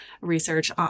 research